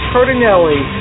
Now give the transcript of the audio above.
Cardinelli